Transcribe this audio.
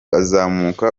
azamuka